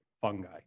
Fungi